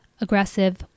aggressive